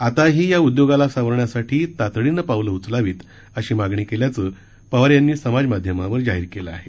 आताही या उद्योगाला सावरण्यासाठी तातडीनं पावलं उचलावी अशी मागणी केल्याचं पवार यांनी समाजमाध्यमांवर जाहीर केलं आहे